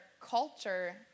culture